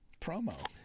promo